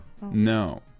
no